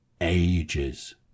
ages